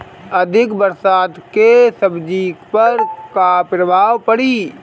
अधिक बरसात के सब्जी पर का प्रभाव पड़ी?